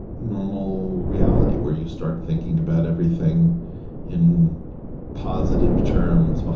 normal reality where you start thinking about everything in positive terms. well,